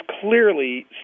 clearly